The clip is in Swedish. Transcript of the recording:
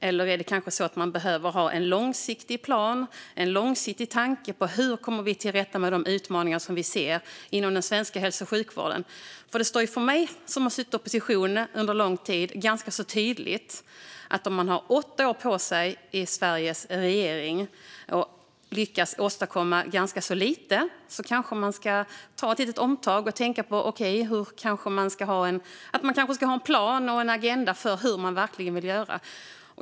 Eller är det kanske så att man behöver ha en långsiktig plan och en långsiktig tanke med hur vi kommer till rätta med de utmaningar som vi ser inom den svenska hälso och sjukvården? För mig som har suttit i opposition under lång tid står det ganska tydligt att om man haft åtta år på sig i Sveriges regering och då lyckats åstadkomma ganska lite kanske man ska ta ett litet omtag och tänka att man kanske ska ha en plan och en agenda för hur man verkligen vill göra.